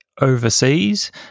overseas